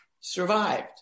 survived